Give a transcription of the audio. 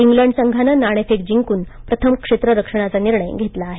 England संघानं नाणेफेक जिंकून प्रथम क्षेत्ररक्षणाचा निर्णय घेतला आहे